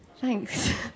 Thanks